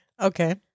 Okay